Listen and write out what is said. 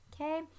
okay